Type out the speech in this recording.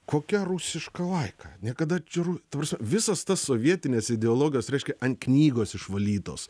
kokia rusiška laika niekada čia ru ta prasme visas tas sovietinės ideologijos reiškia ant knygos išvalytos